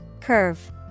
Curve